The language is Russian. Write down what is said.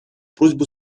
просьбу